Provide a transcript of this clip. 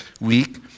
week